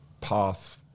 path